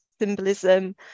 symbolism